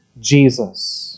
Jesus